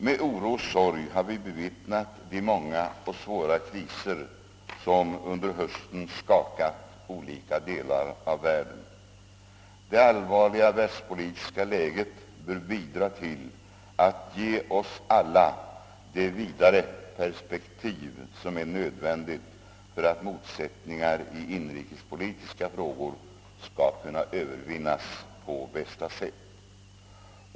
Med oro och sorg har vi bevittnat de många och svåra kriser som under hösten skakat olika delar av världen. Det allvarliga världspolitiska läget bör bidra till att ge oss alla det vidare perspektiv, som är nödvändigt för att motsättningar i inrikespolitiska frågor skall kunna övervinnas på bästa sätt.